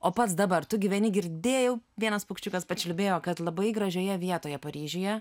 o pats dabar tu gyveni girdėjau vienas paukščiukas pačiulbėjo kad labai gražioje vietoje paryžiuje